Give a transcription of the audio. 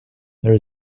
there